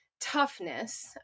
toughness